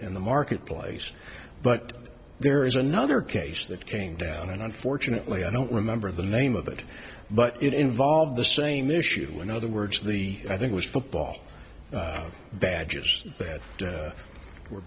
in the marketplace but there is another case that came down and unfortunately i don't remember the name of it but it involved the same issue in other words the i think was football badges that